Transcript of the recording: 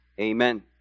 Amen